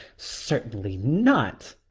certainly not.